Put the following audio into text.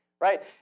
right